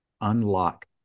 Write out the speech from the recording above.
unlock